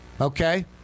okay